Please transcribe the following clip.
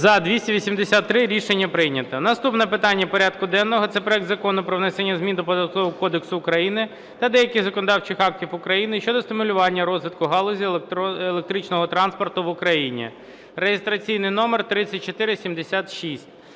За-283 Рішення прийнято. Наступне питання порядку денного – це проект Закону про внесення змін до Податкового кодексу України та деяких законодавчих актів України щодо стимулювання розвитку галузі електричного транспорту в Україні (реєстраційний номер 3476).